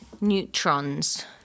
neutrons